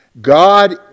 God